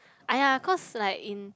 !aiya! cause like in